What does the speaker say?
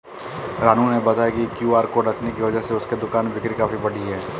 रानू ने बताया कि क्यू.आर कोड रखने की वजह से उसके दुकान में बिक्री काफ़ी बढ़ी है